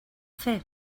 fer